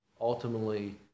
ultimately